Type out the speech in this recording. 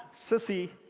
sissie,